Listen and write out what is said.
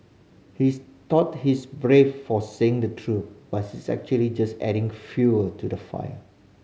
he's thought he's brave for saying the truth but she's actually just adding fuel to the fire